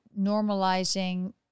normalizing